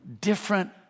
different